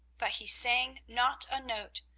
but he sang not a note,